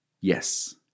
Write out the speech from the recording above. Yes